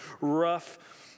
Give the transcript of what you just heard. rough